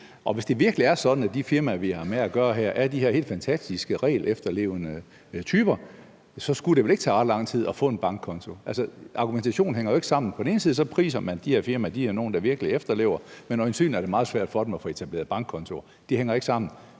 Hvis det virkelig er sådan, at de firmaer, vi har med at gøre her, er de her helt fantastiske, regelefterlevende typer, skulle det vel ikke tage ret lang tid at få en bankkonto. Altså, argumentationen hænger jo ikke sammen. På den ene side priser man, at de her firmaer er nogle, der virkelig efterlever regler, men øjensynlig er det meget svært for dem at få etableret bankkontoer. Det hænger jo ikke sammen.